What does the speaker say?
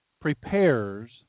prepares